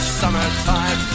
summertime